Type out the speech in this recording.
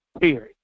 Period